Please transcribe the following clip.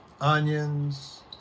onions